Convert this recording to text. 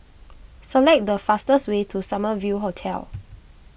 select the fastest way to Summer View Hotel